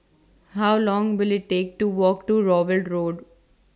How Long Will IT Take to Walk to Rowell Road